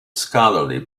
scholarly